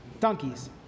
Donkeys